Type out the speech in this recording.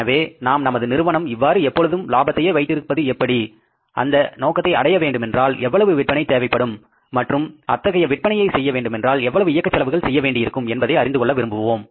எனவே நாம் நமது நிறுவனம் இவ்வாறு எப்பொழுதும் லாபத்தையே வைத்திருப்பது எப்படி அந்த நோக்கத்தை அடைய வேண்டுமென்றால் எவ்வளவு விற்பனை தேவைப்படும் மற்றும் அத்தகைய விற்பனையை செய்ய வேண்டுமென்றால் எவ்வளவு இயக்க செலவுகள் செய்ய வேண்டியிருக்கும் என்பதை அறிந்து கொள்ள விரும்புவோம்